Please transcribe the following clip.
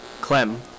Clem